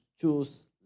choose